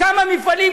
כמה מפעלים,